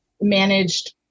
managed